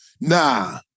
Nah